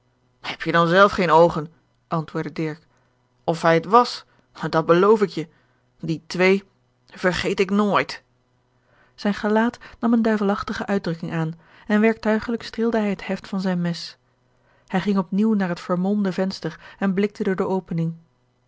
heb je dan zelf geene oogen antwoordde dirk of hij het was dat beloof ik je die twee vergeet ik nooit zijn gelaat nam eene duivelachtige uitdrukking aan en werktuigelijk streelde hij het heft van zijn mes hij ging op nieuw naar het vermolmde venster en blikte door de opening